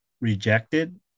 rejected